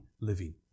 living